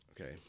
Okay